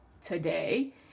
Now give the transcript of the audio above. today